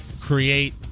create